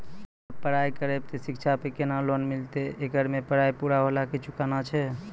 आप पराई करेव ते शिक्षा पे केना लोन मिलते येकर मे पराई पुरा होला के चुकाना छै?